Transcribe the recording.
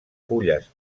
fulles